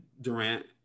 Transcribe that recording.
Durant